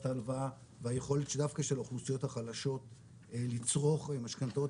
ההלוואה והיכולת דווקא של האוכלוסיות החלשות לצרוך משכנתאות,